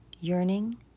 yearning